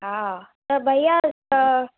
हा त भैया त